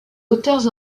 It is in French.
auteurs